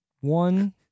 One